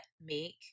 make